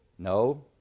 No